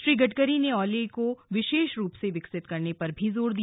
श्री गडकरी ने औली को विशेष रूप से विकसित करने पर भी जोर दिया